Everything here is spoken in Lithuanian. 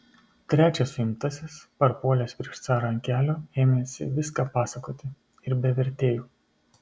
trečias suimtasis parpuolęs prieš carą ant kelių ėmėsi viską pasakoti ir be vertėjų